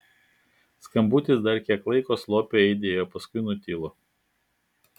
skambutis dar kiek laiko slopiai aidėjo paskui nutilo